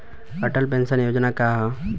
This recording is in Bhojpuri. अटल पेंशन योजना का ह?